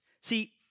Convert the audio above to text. See